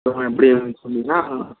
தேக்கு மரம் எப்படி இருக்கணுன்னு சொன்னீங்கன்னால்